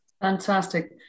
Fantastic